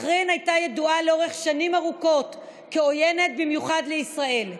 בחריין הייתה ידועה לאורך שנים ארוכות כעוינת במיוחד לישראל.